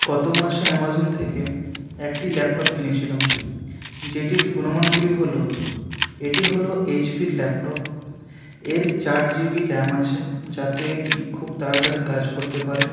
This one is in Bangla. গতমাসে অ্যামাজন থেকে একটি ল্যাপটপ কিনেছিলাম যেটির গুণমানগুলি হলো এটি হলো এইচপির ল্যাপটপ এর চার জিবি র্যাম আছে যাতে এটি খুব তাড়াতাড়ি কাজ করতে পারে